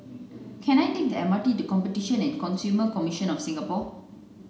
can I take the M R T to Competition and Consumer Commission of Singapore